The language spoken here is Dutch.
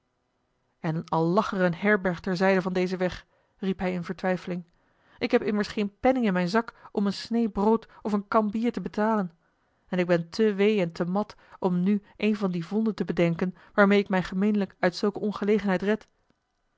en al lag er een herberg ter zijde van dezen weg riep hij in vertwijfeling ik heb immers geen penning in mijn zak om eene sneê brood of een kan bier te betalen en ik ben te wee en te mat om nu een van die vonden te bedenken waarmeê ik mij gemeenlijk uit zulke ongelegenheid red